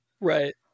right